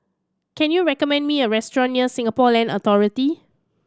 can you recommend me a restaurant near Singapore Land Authority